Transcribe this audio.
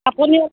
আপুনিও